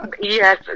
Yes